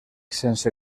sense